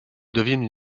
deviennent